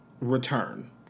return